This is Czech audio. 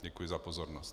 Děkuji za pozornost.